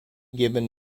given